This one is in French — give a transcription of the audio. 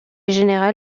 général